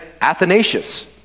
Athanasius